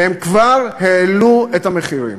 והם כבר העלו את המחירים.